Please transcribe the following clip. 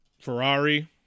ferrari